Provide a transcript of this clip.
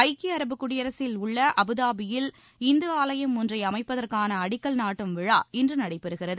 ஐக்கிய அரபு குடியரசில் உள்ள அபுதாபியில் இந்து ஆலயம் ஒன்றை அமைப்பதற்கான அடிக்கல் நாட்டும் விழா இன்று நடைபெறுகிறது